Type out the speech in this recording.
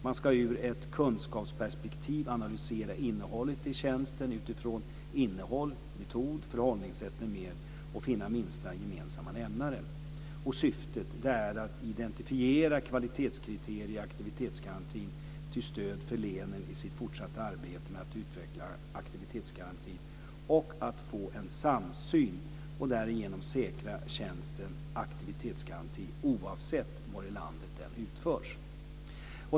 Man ska ur ett kunskapsperspektiv analysera tjänsten utifrån innehåll, metod, förhållningssätt m.m. och finna minsta gemensam nämnare. Syftet är att identifiera kvalitetskriterier i aktivitetsgarantin till stöd för länen i deras fortsatta arbete med att utveckla aktivitetsgarantin och att få en samsyn, och därigenom säkra tjänsten aktivitetsgaranti oavsett var i landet den utförs.